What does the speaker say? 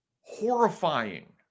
horrifying